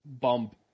bump